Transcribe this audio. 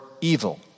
evil